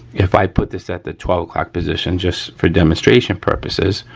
if i put this at the twelve o'clock position, just for demonstration purposes,